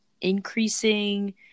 increasing